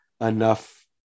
enough